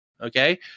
okay